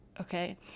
okay